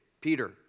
Peter